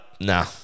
nah